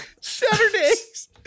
Saturdays